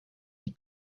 die